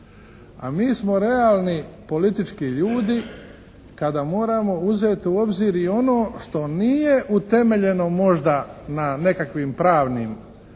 a mi smo realni politički ljudi kada moramo uzeti u obzir i ono što je nije utemeljeno možda na nekakvim pravnim